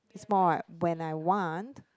it's more like when I want